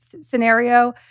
scenario